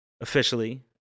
Officially